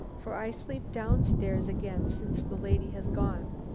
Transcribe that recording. for i sleep down stairs again since the lady has gone.